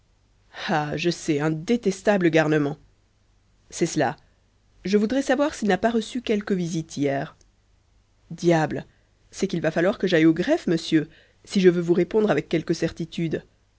ah je sais un détestable garnement c'est cela je voudrais savoir s'il n'a pas reçu quelque visite hier diable c'est qu'il va falloir que j'aille au greffe monsieur si je veux vous répondre avec quelque certitude